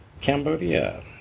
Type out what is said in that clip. Cambodia